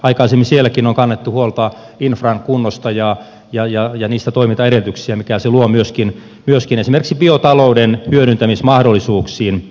aikaisemmin sielläkin on kannettu huolta infran kunnosta ja niistä toimintaedellytyksistä mitä se luo myöskin esimerkiksi biotalouden hyödyntämismahdollisuuksiin